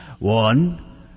One